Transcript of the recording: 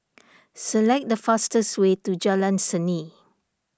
select the fastest way to Jalan Seni